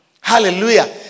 hallelujah